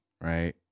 right